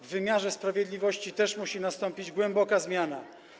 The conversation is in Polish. W wymiarze sprawiedliwości też musi nastąpić głęboka zmiana.